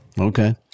Okay